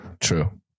True